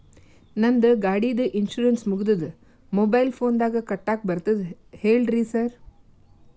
ನಂದ್ ಗಾಡಿದು ಇನ್ಶೂರೆನ್ಸ್ ಮುಗಿದದ ಮೊಬೈಲ್ ಫೋನಿನಾಗ್ ಕಟ್ಟಾಕ್ ಬರ್ತದ ಹೇಳ್ರಿ ಸಾರ್?